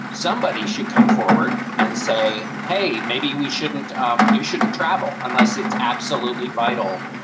somebody should come forward and say, hey, maybe we shouldn't um you shouldn't travel unless it's absolutely vital.